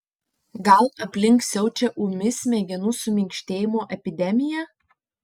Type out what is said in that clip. gal aplink siaučia ūmi smegenų suminkštėjimo epidemija